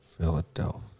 Philadelphia